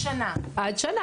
עד שנה.